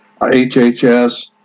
HHS